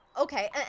Okay